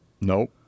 Nope